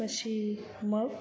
પછી મગ